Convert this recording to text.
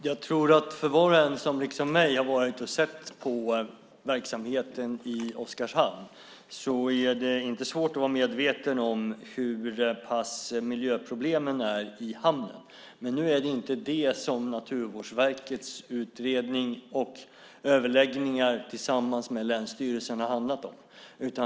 Herr talman! Jag tror att det för var och en som liksom jag har sett verksamheten i Oskarshamn inte är svårt att vara medveten om miljöproblemen i hamnen. Nu är det inte det som Naturvårdsverkets utredning och överläggningarna med länsstyrelserna har handlat om.